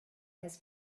his